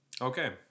Okay